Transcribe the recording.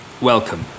Welcome